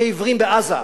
כעיוורים בעזה,